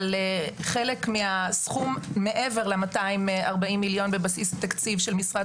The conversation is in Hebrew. אבל חלק מהסכום מעבר ל-240 מיליון בבסיס תקציב של משרד